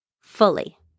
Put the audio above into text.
fully